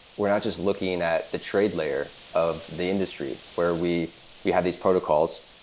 we're not just looking at the trade layer of the industry where we we have these protocols,